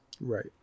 Right